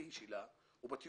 51